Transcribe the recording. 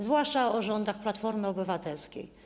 zwłaszcza o rządach Platformy Obywatelskiej.